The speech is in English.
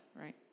right